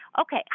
okay